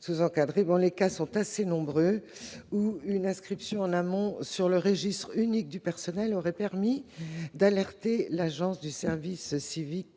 sous-encadrés : les cas sont assez nombreux dans lesquels une inscription en amont sur le registre unique du personnel aurait permis d'alerter l'Agence du service civique,